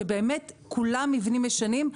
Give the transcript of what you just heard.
שכולה מבנים ישנים,